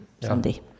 Sunday